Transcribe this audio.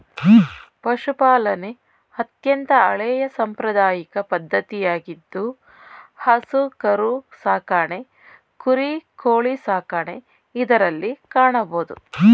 ಪಶುಪಾಲನೆ ಅತ್ಯಂತ ಹಳೆಯ ಸಾಂಪ್ರದಾಯಿಕ ಪದ್ಧತಿಯಾಗಿದ್ದು ಹಸು ಕರು ಸಾಕಣೆ ಕುರಿ, ಕೋಳಿ ಸಾಕಣೆ ಇದರಲ್ಲಿ ಕಾಣಬೋದು